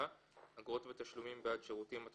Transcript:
(אגרות ותשלומים בעד שירותים) (תיקון),